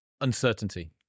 uncertainty